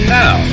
now